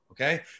Okay